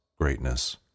greatness